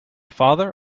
father